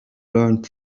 learned